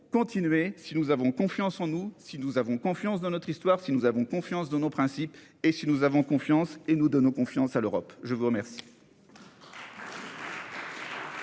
continuer si nous avons confiance en nous, si nous avons confiance dans notre histoire, si nous avons confiance dans nos principes et si nous avons confiance et nous donnons confiance à l'Europe. Je vous remercie.